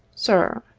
sir